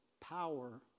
power